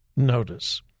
Notice